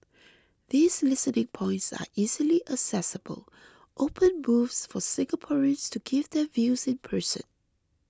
these listening points are easily accessible open booths for Singaporeans to give their views in person